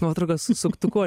nuotrauka su suktuku